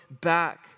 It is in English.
back